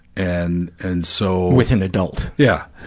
and and so with an adult. yeah,